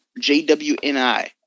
jwni